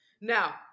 Now